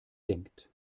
denkt